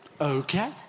okay